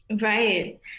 right